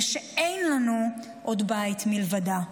ושאין לנו עוד בית מלבדה.